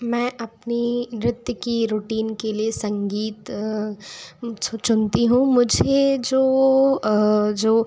मैं अपने नृत्य के रूटीन के लिए संगीत चुनती हूँ मुझे जो जो